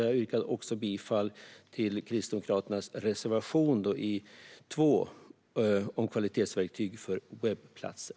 Jag yrkar också bifall till Kristdemokraternas reservation nr 2 om kvalitetsverktyg för webbplatser.